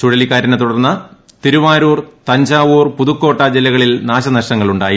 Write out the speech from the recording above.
ചുഴലിക്കാറ്റിനെ തുടർന്ന് തിരുവാരൂർ തഞ്ചാവൂർ പുതുക്കോട്ട ജില്ലകളിൽ നാശനഷ്ടങ്ങളുണ്ടായി